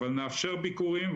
אבל נאפשר ביקורים,